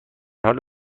حال